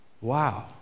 Wow